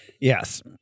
Yes